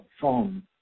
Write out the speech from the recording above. phone